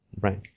right